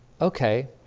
okay